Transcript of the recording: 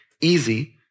easy